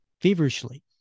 Feverishly